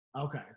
okay